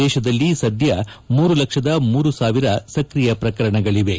ದೇಶದಲ್ಲಿ ಸದ್ಯ ಮೂರು ಲಕ್ಷದ ಮೂರು ಸಾವಿರ ಸಕ್ರಿಯ ಪ್ರಕರಣಗಳಿವೆ